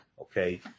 okay